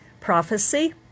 prophecy